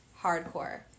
Hardcore